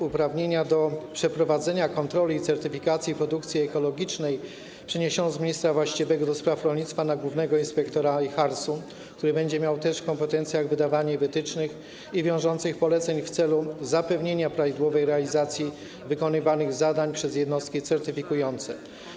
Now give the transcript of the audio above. Uprawnienia do przeprowadzenia kontroli i certyfikacji produkcji ekologicznej przeniesiono z ministra właściwego do spraw rolnictwa do głównego inspektora IJHARS-u, który będzie miał też w kompetencjach wydawanie wytycznych i wiążących poleceń w celu zapewnienia prawidłowej realizacji wykonywanych zadań przez jednostki certyfikujące.